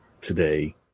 today